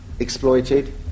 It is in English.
Exploited